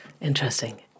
Interesting